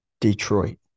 Detroit